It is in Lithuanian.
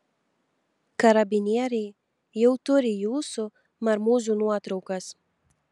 karabinieriai jau turi jūsų marmūzių nuotraukas